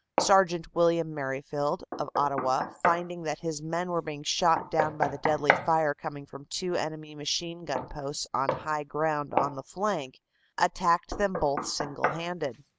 sergt. villiam merrifield of ottawa, finding that his men were being shot down by the deadly fire coming from two enemy machine-gun posts on high ground on the flank attacked them both single-handed.